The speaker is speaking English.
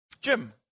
Jim